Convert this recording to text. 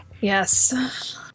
Yes